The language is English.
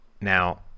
Now